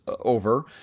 over